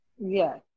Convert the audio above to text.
Yes